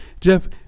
Jeff